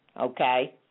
okay